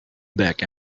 back